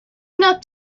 enough